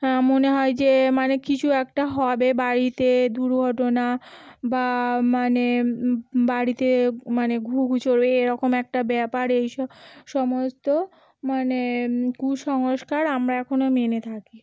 হ্যাঁ মনে হয় যে মানে কিছু একটা হবে বাড়িতে দুর্ঘটনা বা মানে বাড়িতে মানে ঘুঘু চড়বে এরকম একটা ব্যাপার এইসব সমস্ত মানে কুসংস্কার আমরা এখনো মেনে থাকি